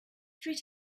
three